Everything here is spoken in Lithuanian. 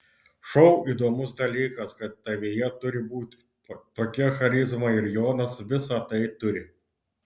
šou įdomus dalykas kad tavyje turi būti tokia charizma ir jonas visą tai turi